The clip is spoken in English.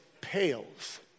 pales